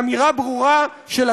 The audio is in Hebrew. נמנע אחד.